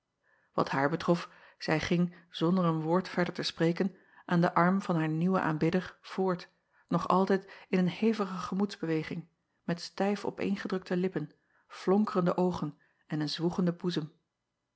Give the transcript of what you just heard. at haar betrof zij ging zonder een woord verder te spreken aan den arm van haar nieuwen aanbidder voort nog altijd in een hevige gemoedsbeweging met stijf opeengedrukte lippen flonkerende oogen en een zwoegenden boezem